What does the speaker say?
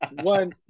one